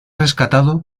rescatado